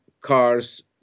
cars